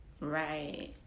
Right